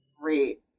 Great